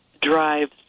drives